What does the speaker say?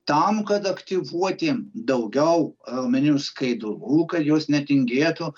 tam kad aktyvuoti daugiau raumeninių skaidulų kad jos netingėtų